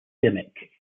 gimmick